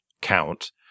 count